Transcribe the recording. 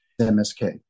MSK